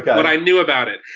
what i knew about it.